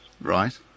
Right